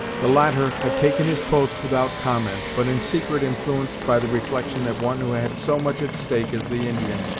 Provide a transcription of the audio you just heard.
the latter had taken his post without comment, but in secret influenced by the reflection that one who had so much at stake as the indian,